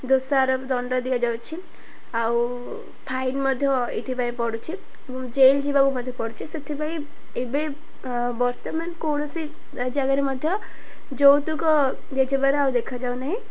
ଦୋଷାରପ୍ ଦଣ୍ଡା ଦିଆଯାଉଛି ଆଉ ଫାଇନ୍ ମଧ୍ୟ ଏଇଥିପାଇଁ ପଡ଼ୁଛି ଏବଂ ଜେଲ୍ ଯିବାକୁ ମଧ୍ୟ ପଡ଼ୁଛି ସେଥିପାଇଁ ଏବେ ବର୍ତ୍ତମାନ କୌଣସି ଜାଗାରେ ମଧ୍ୟ ଯୌତୁକ ଦିଆଯିବାର ଆଉ ଦେଖାଯାଉନାହିଁ